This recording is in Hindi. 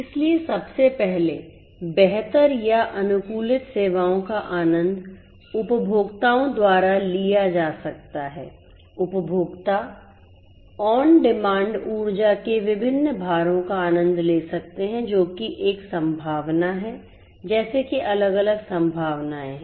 इसलिए सबसे पहले बेहतर या अनुकूलित सेवाओं का आनंद उपभोक्ताओं द्वारा लिया जा सकता है उपभोक्ता ऑन डिमांड ऊर्जा के विभिन्न भारों का आनंद ले सकते हैं जो कि एक संभावना है जैसे कि अलग अलग संभावनाएं हैं